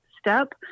step